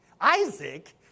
Isaac